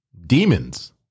demons